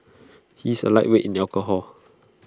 he is A lightweight in alcohol